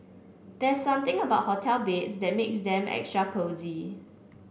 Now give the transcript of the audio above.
there's something about hotel beds that makes them extra cosy